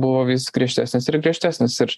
buvo vis griežtesnės ir griežtesnės ir